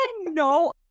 no